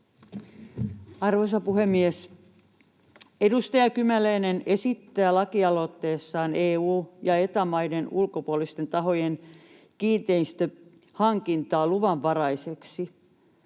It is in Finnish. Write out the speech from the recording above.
Arvoisa puhemies! Edustaja Kymäläinen esittää lakialoitteessaan EU- ja Eta-maiden ulkopuolisten tahojen kiinteistönhankintaa luvanvaraiseksi.